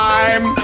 Time